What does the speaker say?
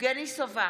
יבגני סובה,